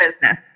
business